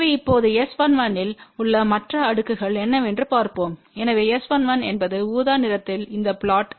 எனவே இப்போது S11 இல்உள்ள மற்ற அடுக்குகள் என்னவென்று பார்ப்போம் எனவே S11என்பது ஊதா நிறத்தில் இந்த புளொட்